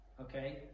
okay